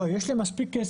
לא, יש לי מספיק כסף.